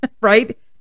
right